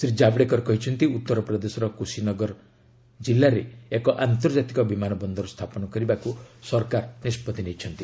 ଶ୍ରୀ ଜାବଡେକର କହିଛନ୍ତି ଉତ୍ତର ପ୍ରଦେଶର କୁଶିନଗର ଜିଲ୍ଲାରେ ଏକ ଆନ୍ତର୍ଜାତିକ ବିମାନ ବନ୍ଦର ସ୍ଥାପନ କରିବାକୁ ସରକାର ନିଷ୍ପଭି ନେଇଛନ୍ତି